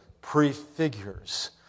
prefigures